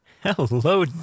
Hello